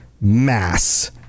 mass